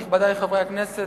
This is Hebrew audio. נכבדי חברי הכנסת,